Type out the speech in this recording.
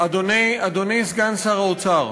סגן שר האוצר,